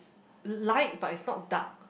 light but it's not dark